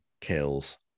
kills